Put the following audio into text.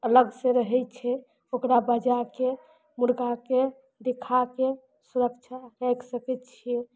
अलगसँ रहय छै ओकरा बजाके मुर्गाके दिखाके सुरक्षा राखि सकय छियै